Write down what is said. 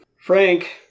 Frank